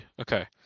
Okay